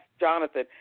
Jonathan